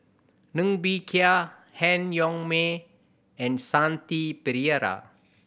Ng Bee Kia Han Yong May and Shanti Pereira